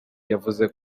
yavuze